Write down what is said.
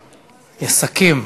יסכם,